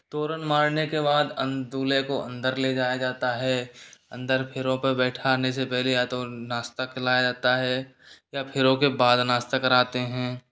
तोरन मारने के बाद दूल्हे को अंदर ले जाया जाता है अंदर फेरों पे बैठाने से पहले या तो नास्ता खिलाया जाता है या फेरों के बाद नास्ता कराते हैं